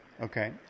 Okay